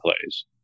plays